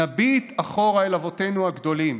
ונביט אחורה אל אבותינו הגדולים,